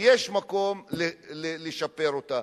שיש מקום לשפר אותה,